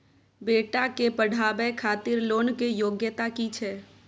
बेटा के पढाबै खातिर लोन के योग्यता कि छै